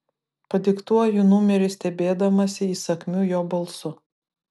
padiktuoju numerį stebėdamasi įsakmiu jo balsu